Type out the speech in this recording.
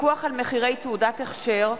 פיקוח על מחירי תעודת הכשר),